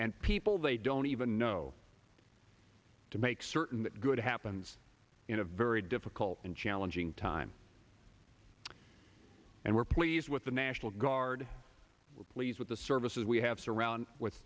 and people they don't even know to make certain that good happens in a very difficult and challenging time and we're pleased with the national guard we're pleased with the services we have surrounded with